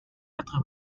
quatre